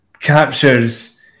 Captures